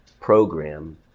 program